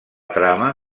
trama